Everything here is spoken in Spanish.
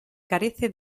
carece